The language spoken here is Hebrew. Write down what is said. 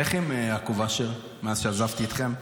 איך עם יעקב אשר מאז שעזבתי אתכם?